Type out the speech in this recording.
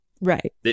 Right